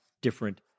different